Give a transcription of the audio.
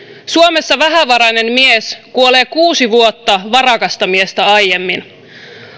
suomessa vähävarainen mies kuolee kuusi vuotta varakasta miestä aiemmin